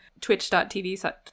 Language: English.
twitch.tv